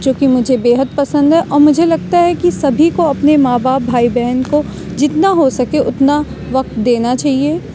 جوکہ مجھے بے حد پسند ہے اور مجھے لگتا ہے کہ سبھی کو اپنے ماں باپ بھائی بہن کو جتنا ہو سکے اتنا وقت دینا چاہیے